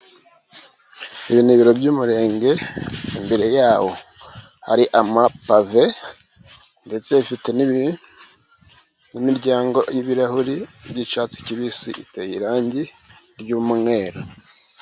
Ibi ni ibiro by'umurenge, imbere yawo hari amapave ndetse ufite n'imiryango y'ibirahuri by'icyatsi kibisi, uteye irangi ry'umweru.